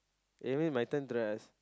anyway my turn to right ask